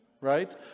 right